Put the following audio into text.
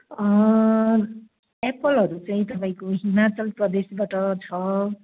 एप्पलहरू चाहिँ तपाईँको हिमाचल प्रदेशबाट छ